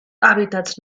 hàbitats